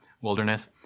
wilderness